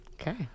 Okay